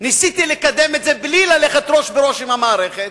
ניסיתי לקדם את זה בלי ללכת ראש בראש עם המערכת,